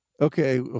okay